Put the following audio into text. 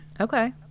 Okay